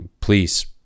please